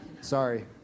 Sorry